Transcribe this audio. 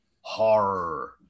horror